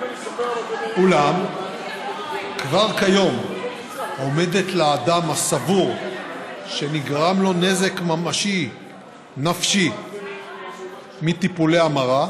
אולם כבר כיום עומדת לאדם הסבור שנגרם לו נזק נפשי ממשי מטיפולי המרה,